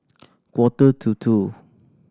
quarter to two